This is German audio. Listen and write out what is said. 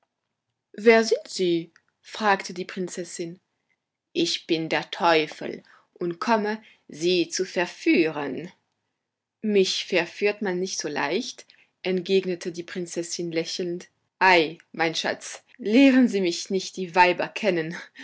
wer sind sie fragte die prinzessin ich bin der teufel und komme sie zu verführen mich verführt man nicht so leicht entgegnete die prinzessin lächelnd ei mein schatz lehren sie mich nicht die weiber kennen